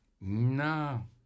No